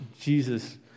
Jesus